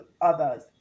others